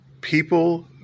people